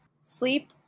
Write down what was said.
sleep